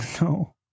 No